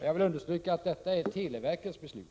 Jag understryker att detta är televerkets beslut.